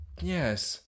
yes